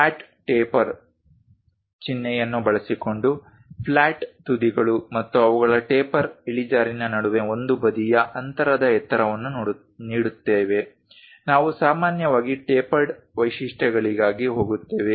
flat taper ಚಿಹ್ನೆಯನ್ನು ಬಳಸಿಕೊಂಡು flat ತುದಿಗಳು ಮತ್ತು ಅವುಗಳ ಟೇಪರ್ ಇಳಿಜಾರಿನ ನಡುವೆ ಒಂದು ಬದಿಯ ಅಂತರದ ಎತ್ತರವನ್ನು ನೀಡುತ್ತೇವೆ ನಾವು ಸಾಮಾನ್ಯವಾಗಿ ಟೇಪರ್ಡ್ ವೈಶಿಷ್ಟ್ಯಗಳಿಗಾಗಿ ಹೋಗುತ್ತೇವೆ